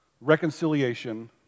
Reconciliation